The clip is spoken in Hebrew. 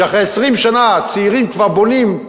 כשאחרי 20 שנה הצעירים כבר בונים,